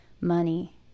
money